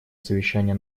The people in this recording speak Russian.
совещания